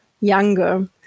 younger